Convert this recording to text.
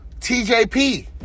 TJP